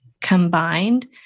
combined